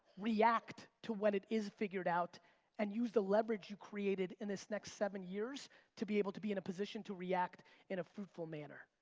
react to what it is figured out and use the leverage you created in this next seven years to be able to be in a position to react in a fruitful manner.